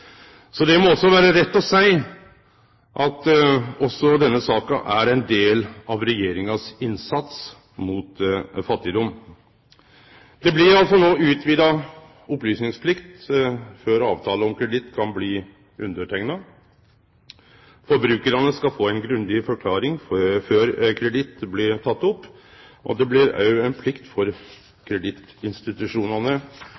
Så det må vere rett å seie at denne saka er ein del av Regjeringas innsats mot fattigdom. Det blir iallfall no utvida opplysingsplikt før avtale om kreditt kan bli underteikna. Forbrukarane skal få ei grundig forklaring før kreditt blir teke opp, og det blir òg ei plikt